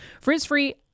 Frizz-free